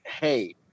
hey